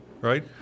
right